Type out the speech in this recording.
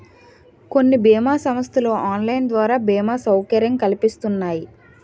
కొన్ని బీమా సంస్థలు ఆన్లైన్ ద్వారా బీమా సౌకర్యం కల్పిస్తున్నాయి